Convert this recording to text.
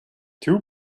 two